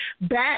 back